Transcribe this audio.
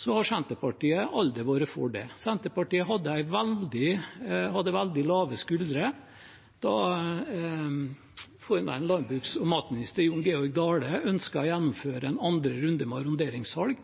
har Senterpartiet aldri vært for det. Senterpartiet hadde veldig lave skuldre da forhenværende landbruks- og matminister Jon Georg Dale ønsket å gjennomføre en andre runde med arronderingssalg,